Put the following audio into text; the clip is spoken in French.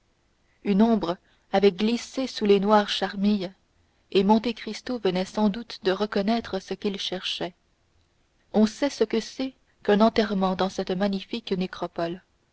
une ombre avait glissé sous les noires charmilles et monte cristo venait sans doute de reconnaître ce qu'il cherchait on sait ce que c'est qu'un enterrement dans cette magnifique nécropole